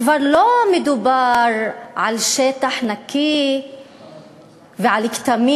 כבר לא מדובר על שטח נקי ועל כתמים